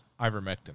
Ivermectin